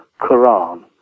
Quran